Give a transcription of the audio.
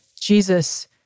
Jesus